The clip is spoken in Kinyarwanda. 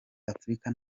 afurika